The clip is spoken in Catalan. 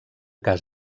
cas